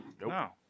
No